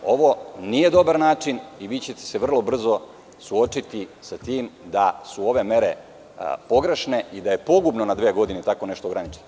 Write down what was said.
Ovo nije dobar način i vi ćete se vrlo brzo suočiti sa tim da su ove mere pogrešne i da je pogubno na dve godine tako nešto ograničiti.